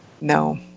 No